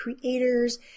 creators